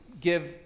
give